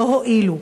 לא הועילו.